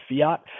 fiat